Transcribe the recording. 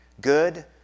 good